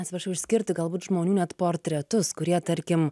atsiprašau išskirti galbūt žmonių net portretus kurie tarkim